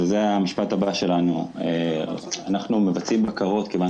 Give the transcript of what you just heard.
וזה המשפט הבא שלנו: אנחנו מבצעים בקרות מכיוון